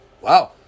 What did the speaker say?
Wow